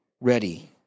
Ready